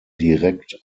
direkt